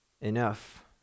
enough